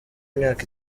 imyaka